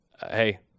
hey